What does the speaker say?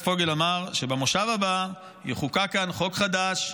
פוגל אמר שבמושב הבא יחוקק כאן חוק חדש,